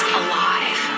alive